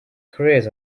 careers